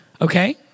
Okay